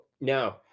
No